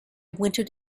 wintered